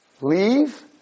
leave